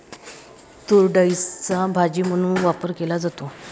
तूरडाळीचा भाजी म्हणून वापर केला जातो